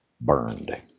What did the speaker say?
burned